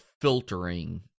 filtering